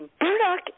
Burdock